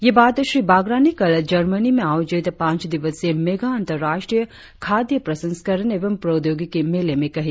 ये बात श्री बागरा ने कल जर्मनी में आयोजित पांच दिवसीय मेगा अंतर्राष्ट्रीय खाद्य प्रसंस्करण एवं प्रौद्योगिकी मेले में कही